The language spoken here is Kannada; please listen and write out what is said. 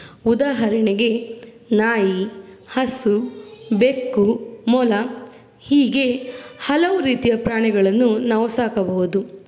ಉದಾಹರಣೆಗೆ ನಾಯಿ ಹಸು ಬೆಕ್ಕು ಮೊಲ ಹೀಗೇ ಹಲವು ರೀತಿಯ ಪ್ರಾಣಿಗಳನ್ನು ನಾವು ಸಾಕಬಹುದು